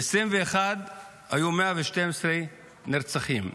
ב-2021 היו 112 נרצחים,